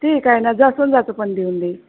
ठीक आहे ना जास्वंदाचं पण देऊन देईन